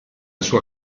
sua